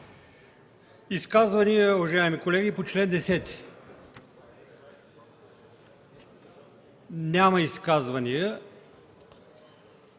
Изказвания, уважаеми колеги, по чл. 10? Няма изказвания.